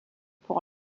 pour